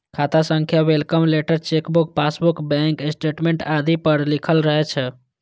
खाता संख्या welcome letter, chequebook, passbook, bank statement आदि पर लिखल रहै छै